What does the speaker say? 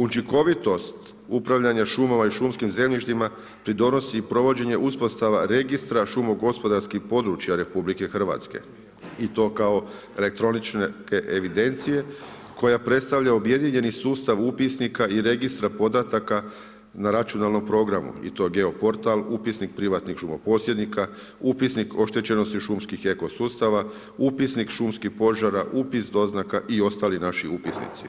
Učinkovitost upravljanja šumama i šumskim zemljištima pridonosi i provođenje uspostava registra šumo-gospodarskih područja RH i to kao elektroničke evidencije koja predstavlja objedinjeni sustav upisnika i registra podataka na računalnom programu i to geo-portal, upisnik privatnih šumoposjednika, upisnik oštećenosti šumskih i eko sustava, upisnik šumskih požara, upis doznaka i ostali naši upisnici,